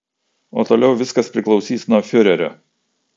o toliau viskas priklausys nuo fiurerio